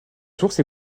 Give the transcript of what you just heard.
sources